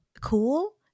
cool